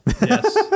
Yes